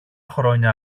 χρόνια